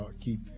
keep